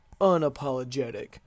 unapologetic